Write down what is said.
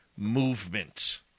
Movement